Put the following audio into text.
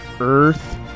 Earth